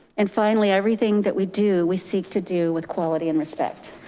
and finally, everything that we do we seek to do with quality and respect.